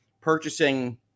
purchasing